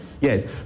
Yes